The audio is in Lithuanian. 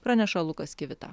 praneša lukas kivita